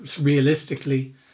realistically